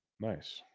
Nice